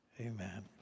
Amen